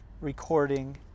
recording